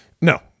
no